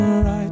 right